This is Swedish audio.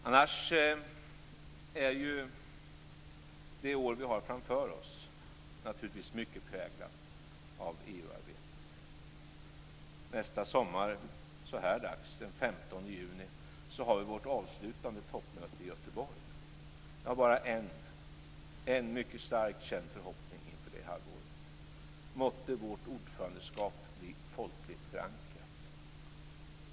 Annars är naturligtvis det år vi har framför oss mycket präglat av EU-arbetet. Så här dags nästa sommar, den 15 juni, har vi vårt avslutande toppmöte i Göteborg. Jag har bara en mycket starkt känd förhoppning inför detta halvår: Måtte vårt ordförandeskap bli folkligt förankrat!